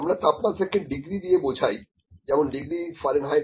আমরা তাপমাত্রাকে ডিগ্রী দিয়ে বোঝাই যেমন ℉℃